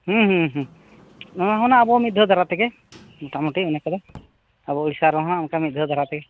ᱚᱱᱟ ᱦᱚᱸ ᱱᱟᱦᱟᱸᱜ ᱟᱵᱚ ᱢᱤᱫ ᱫᱷᱟᱣ ᱛᱮᱜᱮ ᱢᱚᱴᱟᱢᱩᱴᱤ ᱤᱱᱟᱹ ᱠᱚᱫᱚ ᱟᱵᱚ ᱚᱲᱤᱥᱥᱟ ᱨᱮᱦᱚᱸ ᱚᱱᱠᱟ ᱢᱤᱫᱷᱟᱣ ᱫᱷᱟᱨᱟ ᱛᱮᱜᱮ